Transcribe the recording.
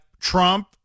Trump